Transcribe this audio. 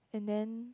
and then